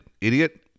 idiot